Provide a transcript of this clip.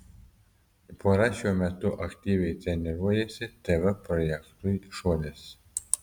pora šiuo metu aktyviai treniruojasi tv projektui šuolis